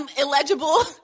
illegible